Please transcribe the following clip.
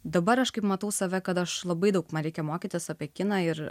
dabar aš kaip matau save kad aš labai daug man reikia mokytis apie kiną ir